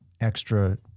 extra